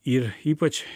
ir ypač